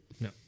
No